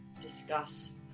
Discuss